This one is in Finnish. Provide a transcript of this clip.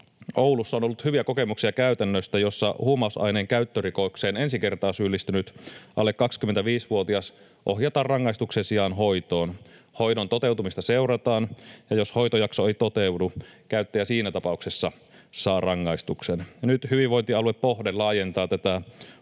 Oulussa on ollut hyviä kokemuksia käytännöstä, jossa huumausaineen käyttörikokseen ensi kertaa syyllistynyt alle 25-vuotias ohjataan rangaistuksen sijaan hoitoon. Hoidon toteutumista seurataan, ja jos hoitojakso ei toteudu, käyttäjä siinä tapauksessa saa rangaistuksen. Nyt hyvinvointialue Pohde laajentaa tätä Hoito